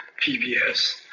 PBS